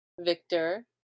Victor